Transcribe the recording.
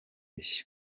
kose